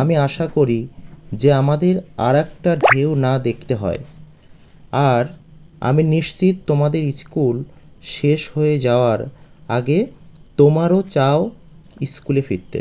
আমি আশা করি যে আমাদের আরেকটা ঢেউ না দেখতে হয় আর আমি নিশ্চিত তোমাদের স্কুল শেষ হয়ে যাওয়ার আগে তোমারও চাও স্কুলে ফিরতে